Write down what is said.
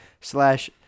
slash